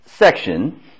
section